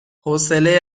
حوصله